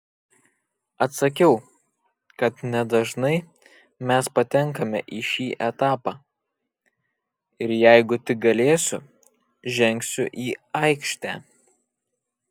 atsakiau kad nedažnai mes patenkame į šį etapą ir jeigu tik galėsiu žengsiu į aikštę